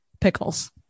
pickles